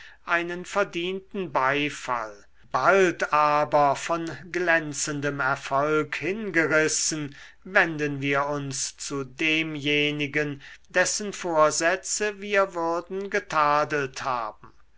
einen verdienten beifall bald aber von glänzendem erfolg hingerissen wenden wir uns zu demjenigen dessen vorsätze wir würden getadelt haben